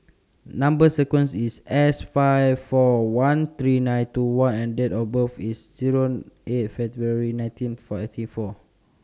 Number sequence IS S five four one three nine two one and Date of birth IS Zero eight February nineteen fifty four